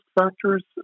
factors